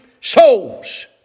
souls